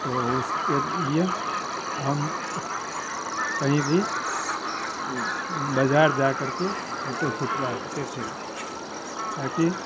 तो उसके लिए हम कहीं भी बाज़ार जा करके फोटो खिंचवाते थे ताकि